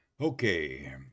Okay